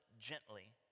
gently